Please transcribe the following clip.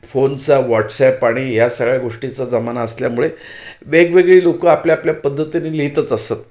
फोनचा व्हॉट्सॲप आणि या सगळ्या गोष्टीचा जमाना असल्यामुळे वेगवेगळी लोकं आपल्या आपल्या पद्धतीने लिहितच असत